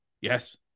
Yes